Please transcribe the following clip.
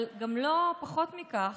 אבל גם לא פחות מכך,